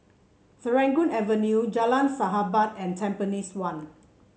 Serangoon Avenue Jalan Sahabat and Tampines one